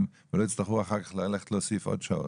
ולא יצטרכו אחר כך ללכת להוסיף עוד שעות.